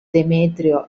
demetrio